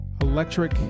electric